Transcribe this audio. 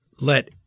let